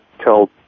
tell